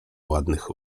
ładnych